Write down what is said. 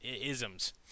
isms